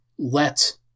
let